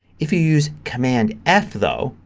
if you use command f though,